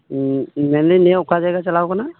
ᱢᱮᱱᱫᱟᱹᱧ ᱱᱤᱭᱟᱹ ᱚᱠᱟ ᱡᱟᱭᱜᱟ ᱪᱟᱞᱟᱣ ᱠᱟᱱᱟ